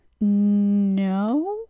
no